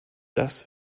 das